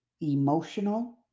emotional